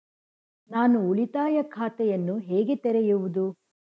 ನಾನು ಉಳಿತಾಯ ಖಾತೆಯನ್ನು ಹೇಗೆ ತೆರೆಯುವುದು?